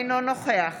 אינו נוכח